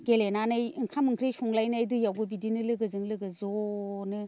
गेलेनानै ओंखाम ओंख्रि संलायनाय दैयावबो बिदिनो लोगोजों लोगो ज'नो